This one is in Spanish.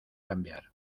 cambiar